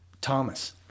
Thomas